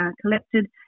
collected